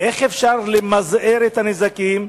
איך אפשר למזער את הנזקים,